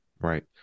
right